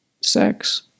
sex